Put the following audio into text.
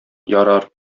ярар